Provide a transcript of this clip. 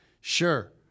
sure